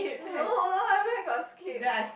no I where got skip